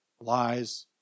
lies